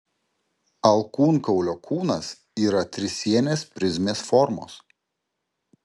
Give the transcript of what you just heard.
alkūnkaulio kūnas yra trisienės prizmės formos